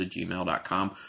gmail.com